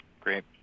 Great